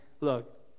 Look